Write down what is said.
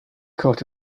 court